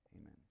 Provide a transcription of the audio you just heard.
amen